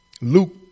Luke